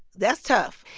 that's tough.